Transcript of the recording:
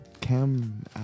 cam